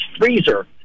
freezer